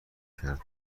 کرد